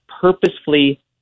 purposefully